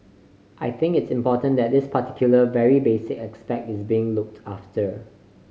I think it's important that this particular very basic aspect is being looked after